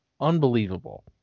unbelievable